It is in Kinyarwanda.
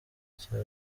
cya